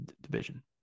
division